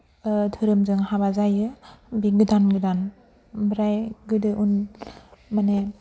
धोरोमजों हाबा जायो बि गोदान गोदान ओमफ्राय गोदो उन माने